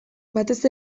batez